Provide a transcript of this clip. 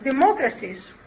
democracies